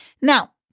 Now